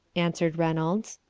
answered reynolds.